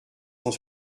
cent